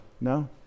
no